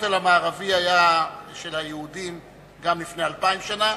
שהכותל המערבי היה של היהודים גם לפני 2,000 שנה.